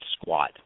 squat